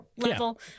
level